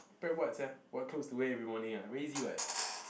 prep what sia what clothes to wear every morning ah very easy [what]